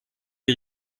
die